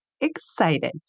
excited